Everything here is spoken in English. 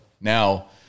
now